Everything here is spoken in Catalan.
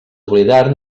oblidar